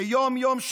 שיום-יום,